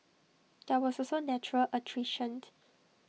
there was also natural attrition